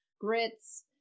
grits